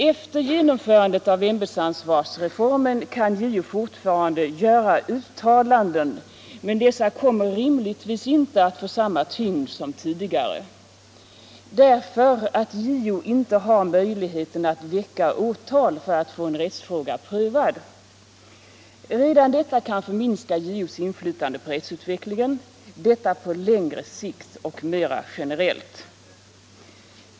Efter genomförandet av ämbetsansvarsreformen kan JO fortfarande göra uttalanden, men dessa kommer rimligtvis inte att få samma tyngd som tidigare, därför att JO inte har möjligheten att väcka åtal för att få en rättsfråga prövad. Redan detta kan förminska JO:s inflytande på rättsutvecklingen på längre sikt och mera generellt.